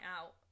out